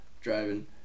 driving